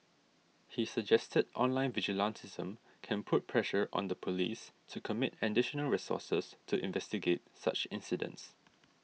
he suggested online vigilantism can put pressure on the police to commit additional resources to investigate such incidents